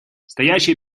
стоящие